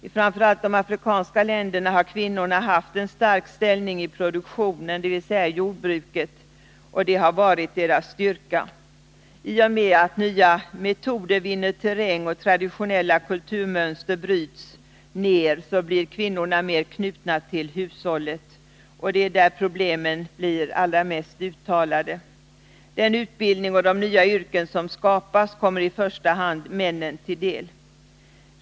I framför allt de afrikanska länderna har kvinnorna haft en stark ställning i produktionen dvs. i jordbruket, och det har varit deras styrka. I och med att nya metoder vinner terräng och traditionella kulturmönster bryts ner, blir kvinnorna mer knutna till hushållet, och det är där problemen blir allra mest uttalade. Den utbildning och de nya yrken som skapas kommer i första hand männen till del.